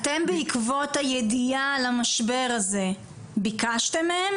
בעקבות הידיעה על המשבר הזה ביקשתם מהן